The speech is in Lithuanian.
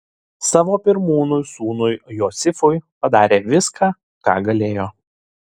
savo pirmūnui sūnui josifui padarė viską ką galėjo